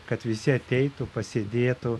kad visi ateitų pasėdėtų